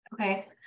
Okay